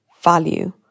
value